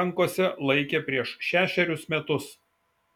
rankose laikė prieš šešerius metus